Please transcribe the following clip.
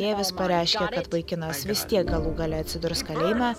tėvas pareiškė kad vaikinas vis tiek galų gale atsidurs kalėjime